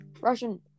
Russian